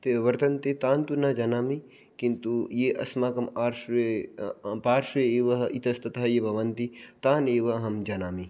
वर्तन्ते तान्तु न जानामि किन्तु ये अस्माकं आर्श्वे पार्श्वे एव इतस्ततः ये भवन्ति तान् एव अहं जानामि